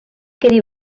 quedi